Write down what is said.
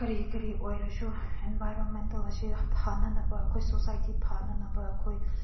ꯀꯔꯤ ꯀꯔꯤ ꯑꯣꯏꯔꯁꯨ ꯑꯦꯟꯕꯥꯏꯔꯣꯟꯃꯦꯟꯇꯦꯜ ꯑꯁꯤ ꯐꯅꯅꯕ ꯑꯩꯈꯣꯏ ꯁꯣꯁꯥꯏꯇꯤ ꯐꯅꯅꯕ ꯑꯩꯈꯣꯏ